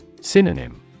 Synonym